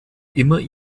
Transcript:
immer